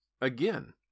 again